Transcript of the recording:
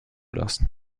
lassen